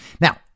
Now